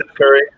Curry